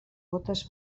gotes